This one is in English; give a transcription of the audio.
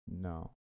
No